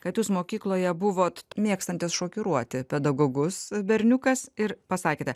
kad jūs mokykloje buvot mėgstantis šokiruoti pedagogus berniukas ir pasakėte